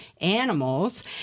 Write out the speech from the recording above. animals